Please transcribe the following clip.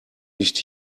nicht